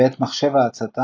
ואת מחשב ההצתה,